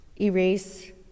erase